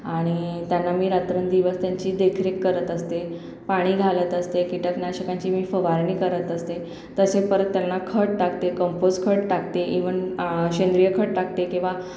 आणि त्यांना मी रात्रंदिवस त्यांची देखरेख करत असते पाणी घालत असते कीटकनाशकांची मी फवारणी करत असते तसे परत त्यांना खत टाकते कंपोस्ट खत टाकते इव्हन सेंद्रिय खत टाकते किंवा